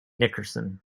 nickerson